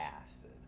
acid